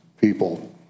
people